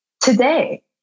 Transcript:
today